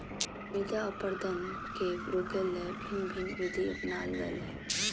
मृदा अपरदन के रोकय ले भिन्न भिन्न विधि अपनाल गेल हइ